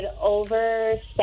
Overstep